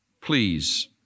Please